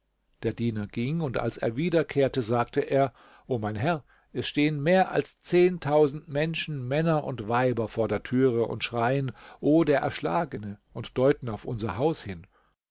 der diener ging und als er wiederkehrte sagte er o mein herr es stehen mehr als zehntausend menschen männer und weiber vor der türe und schreien o der erschlagene und deuten auf unser haus hin